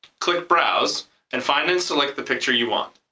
click browse and find and select the picture you want.